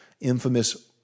infamous